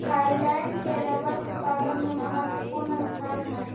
Thailand के rubber उत्पादन में महत्त्वपूर्ण स्थान हइ